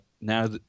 now